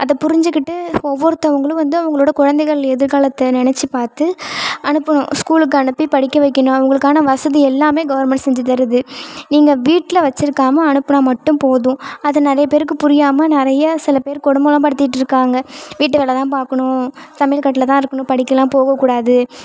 அதை புரிஞ்சுக்கிட்டு ஒவ்வொருத்தவங்களும் வந்து அவங்களோட குழந்தைகள் எதிர்காலத்தை நெனைச்சி பார்த்து அனுப்பணும் ஸ்கூலுக்கு அனுப்பி படிக்கவைக்கணும் அவங்களுக்கான வசதி எல்லாம் கவுர்மெண்ட் செஞ்சுத்தருது நீங்கள் வீட்டில் வைச்சிருக்காம அனுப்பினா மட்டும் போதும் அது நிறைய பேருக்கு புரியாமல் நிறைய சில பேர் கொடுமைல்லாம் படுத்திக்கிட்டுருக்காங்க வீட்டு வேலை தான் பார்க்கணும் சமையல் கட்டில் தான் இருக்கணும் படிக்கலாம் போகக்கூடாது